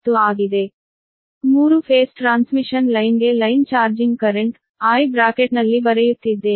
ಆದ್ದರಿಂದ 3 phase transmission ಲೈನ್ಗೆ line charging current I ಬ್ರಾಕೆಟ್ನಲ್ಲಿ ಬರೆಯುತ್ತಿದ್ದೇನೆ